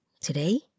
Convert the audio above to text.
Today